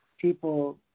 people